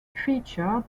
featured